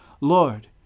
Lord